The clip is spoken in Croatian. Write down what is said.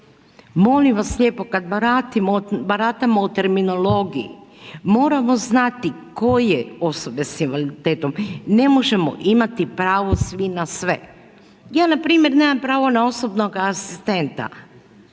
Molim vas lijepo, baratamo o terminologiji, moramo znati koje osobe sa invaliditetom, ne možemo imati pravo svi na sve. Ja npr. nemam pravo na osobnog asistenta.